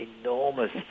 enormous